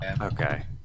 Okay